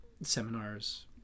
Seminars